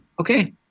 okay